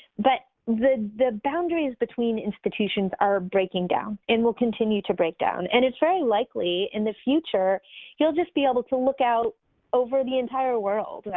but the the boundaries between institutions are breaking down and will continue to break down and it's very likely in the future you'll just be able to look out over the entire world.